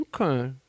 Okay